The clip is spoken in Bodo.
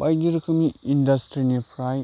बायदि रोखोमनि इन्डास्ट्रिनिफ्राय